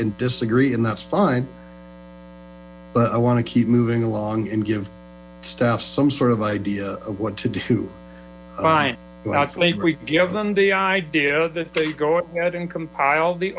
and disagree and that's fine but i want to keep moving along and give staff some sort of idea of what to do we give them the idea that they go out and compile the